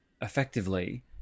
effectively